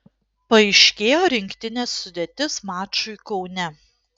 paaiškėjo rinktinės sudėtis mačui kaune